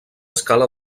escala